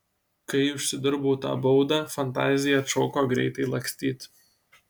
kai užsidirbau tą baudą fantazija atšoko greitai lakstyt